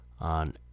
on